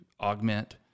augment